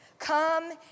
Come